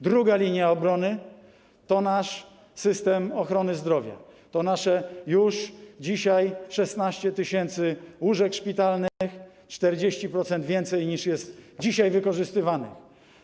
Druga linia obrony to nasz system ochrony zdrowia, to nasze już dzisiaj 16 tys. łóżek szpitalnych, 40% więcej niż jest dzisiaj wykorzystywanych.